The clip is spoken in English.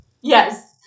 Yes